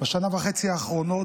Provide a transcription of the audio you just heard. בשנה וחצי האחרונות,